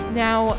now